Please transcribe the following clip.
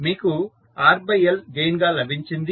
మీకు RL gain గా లభించింది